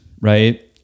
Right